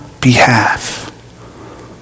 behalf